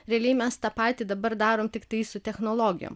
realiai mes tą patį dabar darome tiktai su technologijom